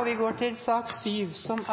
ordet til sak